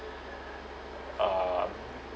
uh